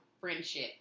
friendship